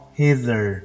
hither